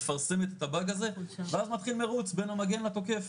מפרסמת את הבג הזה ואז מתחיל מרוץ בין המגן לתוקף.